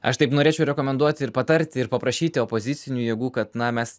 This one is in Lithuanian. aš taip norėčiau rekomenduoti ir patarti ir paprašyti opozicinių jėgų kad na mes